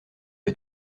est